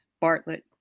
Bartlett